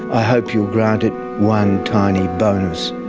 i hope you'll grant it one tiny bonus.